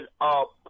up